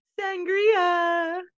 Sangria